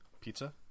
pizza